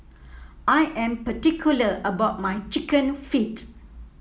I am particular about my chicken feet